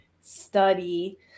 Study